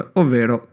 ovvero